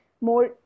more